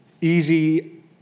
easy